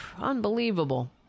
unbelievable